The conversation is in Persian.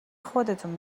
خودتون